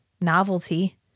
novelty